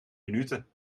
minuten